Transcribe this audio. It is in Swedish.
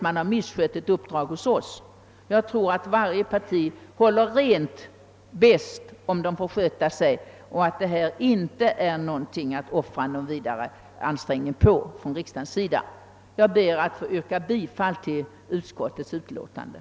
Jag tror därför att partierna håller bäst rent om de får sköta sig själva, och detta är ingen fråga, som riksdagen behöver offra större ansträngningar på. Jag yrkar bifall till utskottets hemställan.